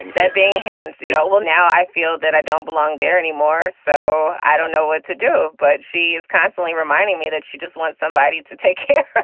that being handled yeah well, now i feel that i don't belong there anymore, so i don't know what to do. but she is constantly reminding me that she just wants somebody to take care